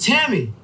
Tammy